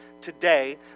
today